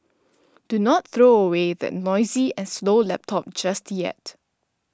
do not throw away that noisy and slow laptop just yet